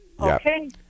Okay